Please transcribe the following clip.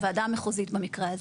הוועדה המחוזית במקרה הזה,